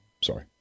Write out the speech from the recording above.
sorry